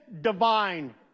divine